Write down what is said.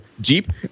jeep